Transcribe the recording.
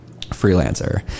freelancer